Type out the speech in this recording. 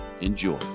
Enjoy